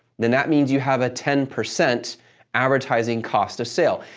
then that means you have a ten percent advertising cost of sale.